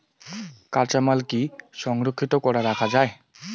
কাঁচামাল কি সংরক্ষিত করি রাখা যায়?